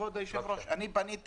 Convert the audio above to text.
כבוד היושב ראש, אני פניתי